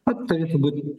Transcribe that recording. vat turėtų būt pagrindas